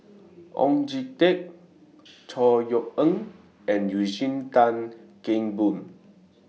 Oon Jin Teik Chor Yeok Eng and Eugene Tan Kheng Boon